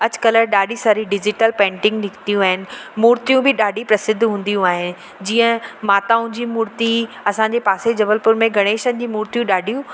अॼुकल्ह ॾाढी सारी डिजिटल पेंटिंग निकितियूं आहिनि मूर्तियूं बि ॾाढी प्रसिद्ध हूंदियूं ऐं जीअं माताऊं जी मूर्ति असांजे पासे जबलपुर में गणेशनि जी मूर्तियूं ॾाढियूं